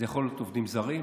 זה יכול להיות עובדים זרים.